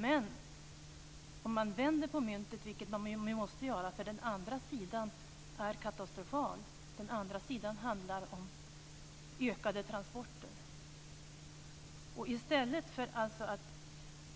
Men om man vänder på myntet, vilket man måste göra, så är den andra sidan katastrofal. Den handlar om ökade transporter. I stället för att